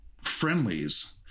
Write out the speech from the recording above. friendlies